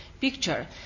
picture